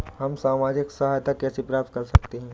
हम सामाजिक सहायता कैसे प्राप्त कर सकते हैं?